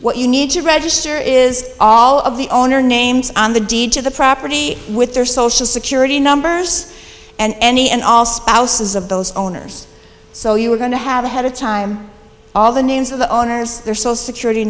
what you need to register is all of the owner names on the deed to the property with their social security numbers and any and all spouses of those owners so you are going to have ahead of time all the names of the owners there so security